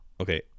okay